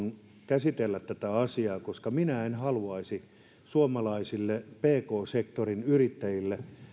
käsitellä tätä asiaa minä en haluaisi suomalaisille pk sektorin yrittäjille